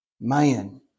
man